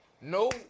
no